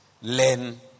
learn